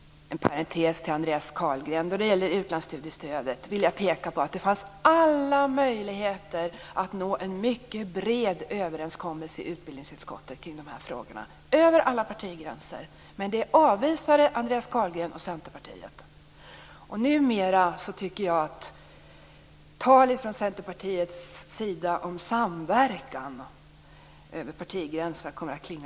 En parentes till Andreas Carlgren: Det fanns alla möjligheter att nå en bred överenskommelse över alla partigränser i utbildningsutskottet i frågorna om utlandsstudiestödet. Men det avvisade Andreas Carlgren och Centerpartiet. Numera tycker jag att Centerpartiets tal om samverkan över partigränserna klingar litet ihåligt.